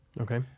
Okay